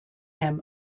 him